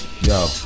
Yo